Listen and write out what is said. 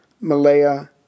Malaya